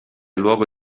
luogo